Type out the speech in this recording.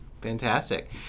Fantastic